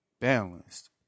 balanced